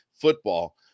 football